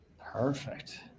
Perfect